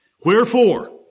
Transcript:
Wherefore